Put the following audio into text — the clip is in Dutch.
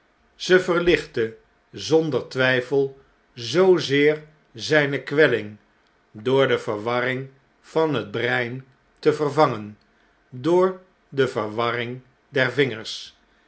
ze verlichtte zonder twijfel zoozeer zijne kwelling door de verwarring van het brein te vervangen door de verwarring der vingers